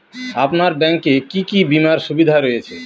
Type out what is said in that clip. আপনার ব্যাংকে কি কি বিমার সুবিধা রয়েছে?